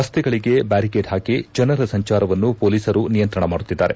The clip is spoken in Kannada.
ರಸ್ತೆಗಳಿಗೆ ಬ್ಯಾರಿಕೇಡ್ ಹಾಕಿ ಜನರ ಸಂಚಾರವನ್ನು ಪೊಲೀಸರು ನಿಯಂತ್ರಣ ಮಾಡುತ್ತಿದ್ದಾರೆ